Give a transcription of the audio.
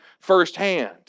firsthand